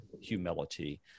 humility